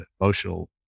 emotional